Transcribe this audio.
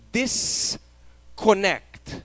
disconnect